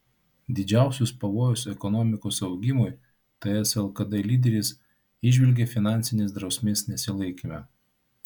didžiausius pavojus ekonomikos augimui ts lkd lyderis įžvelgia finansinės drausmės nesilaikyme